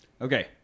Okay